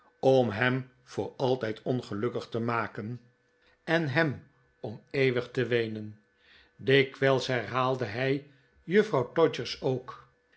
om hem voor altijd ongelukkig te maken en hem om eeuwig te weenen dikwijls herhaalde hij juffrouw todgers ook